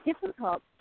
difficult